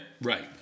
Right